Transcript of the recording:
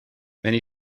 many